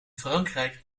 frankrijk